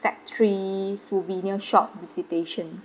factory souvenir shop visitation